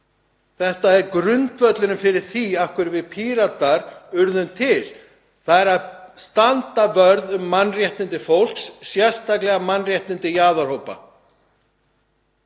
þetta er grundvöllurinn að því hvernig við Píratar urðum til, það er að standa vörð um mannréttindi fólks, sérstaklega mannréttindi jaðarhópa.